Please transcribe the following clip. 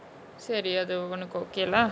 சரி அது ஒனக்கு:sari athu onaku okay lah